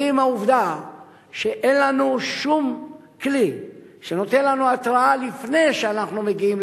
האם העובדה שאין לנו שום כלי שנותן לנו התראה לפני שאנחנו מגיעים